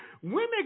Women